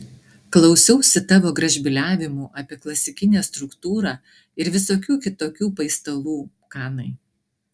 klausiausi tavo gražbyliavimų apie klasikinę struktūrą ir visokių kitokių paistalų kanai